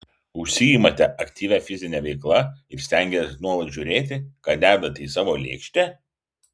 užsiimate aktyvia fizine veikla ir stengiatės nuolat žiūrėti ką dedate į savo lėkštę